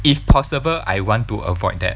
if possible I want to avoid that